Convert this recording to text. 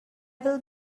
will